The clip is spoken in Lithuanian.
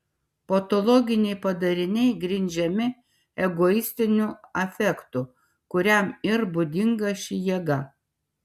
patologiniai padariniai grindžiami egoistiniu afektu kuriam ir būdinga ši jėga